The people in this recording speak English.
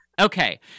Okay